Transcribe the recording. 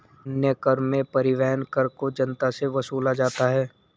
अन्य कर में परिवहन कर को जनता से वसूला जाता है